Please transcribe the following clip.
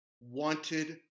wanted